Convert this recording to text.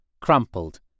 crumpled